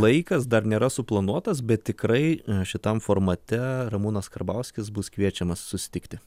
laikas dar nėra suplanuotas bet tikrai šitam formate ramūnas karbauskis bus kviečiamas susitikti